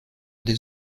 des